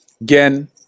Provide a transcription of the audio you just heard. Again